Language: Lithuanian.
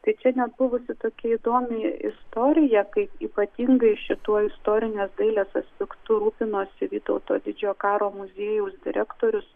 tai čia net buvusi tokia įdomi istorija kaip ypatingai šituo istorinės dailės aspektu rūpinosi vytauto didžiojo karo muziejaus direktorius